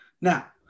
Now